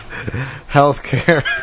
healthcare